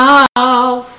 off